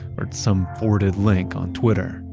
or some forwarded link on twitter.